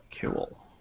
Cool